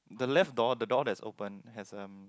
the left door the door that's open has um